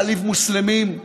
להעליב מוסלמים,